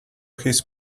his